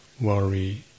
worry